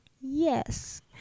Yes